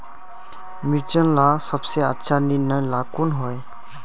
मिर्चन ला सबसे अच्छा निर्णय ला कुन होई?